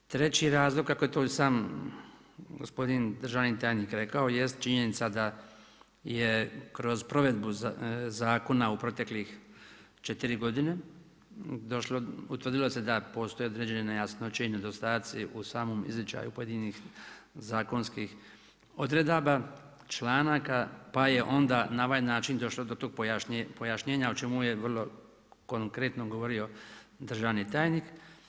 Treći razlog kako je to i sam gospodin državni tajnik rekao jest činjenica da je kroz provedbu zakona u proteklih 4 godine došlo, utvrdilo se da postoje određene nejasnoće u samom izričaju pojedinih zakonskih odredaba, članaka pa je onda na ovaj način došlo do tog pojašnjenja o čemu je vrlo konkretno govorio državni tajnik.